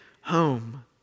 home